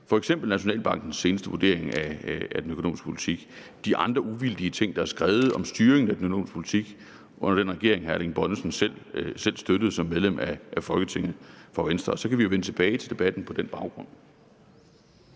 f.eks. Nationalbankens seneste vurdering af den økonomiske politik og de andre uvildige ting, der er skrevet om styringen af den økonomiske politik under den regering, hr. Erling Bonnesen selv støttede som medlem af Folketinget for Venstre, og så kan vi jo vende tilbage til debatten på den baggrund.